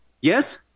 Yes